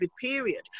period